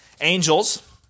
Angels